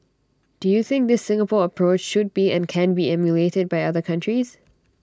do you think this Singapore approach should be and can be emulated by other countries